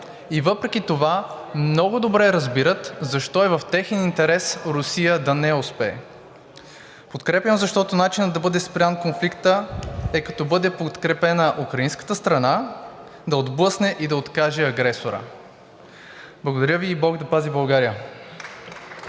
и въпреки това много добре разбират защо е в техен интерес Русия да не успее. Подкрепям, защото начинът да бъде спрян конфликтът е като бъде подкрепена украинската страна да отблъсне и да откаже агресора. Благодаря Ви. И Бог да пази България!